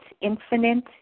infinite